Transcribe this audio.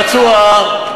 הפצוע,